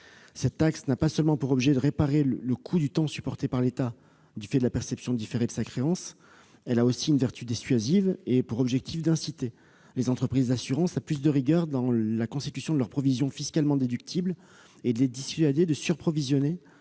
cette taxe n'a pas seulement pour objet de réparer le coût du temps supporté par l'État du fait de la perception différée de sa créance. Elle a aussi une vertu dissuasive : il s'agit d'inciter les entreprises d'assurances à faire preuve d'une plus grande rigueur dans la constitution de leurs provisions fiscalement déductibles et de les dissuader de sur-provisionner